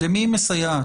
למי היא מסייעת?